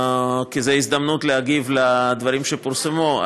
כי זאת הזדמנות להגיב על דברים שפורסמו,